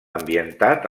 ambientat